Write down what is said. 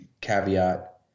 caveat